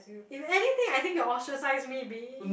if anything I think you will ostracise me be